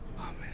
Amen